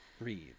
Breathe